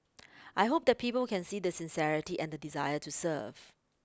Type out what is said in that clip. I hope that people can see the sincerity and the desire to serve